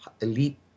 elite